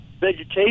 vegetation